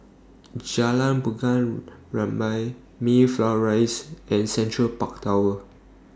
Jalan Bunga Rampai Mayflower Rise and Central Park Tower